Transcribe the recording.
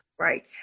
right